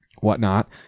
whatnot